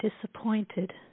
disappointed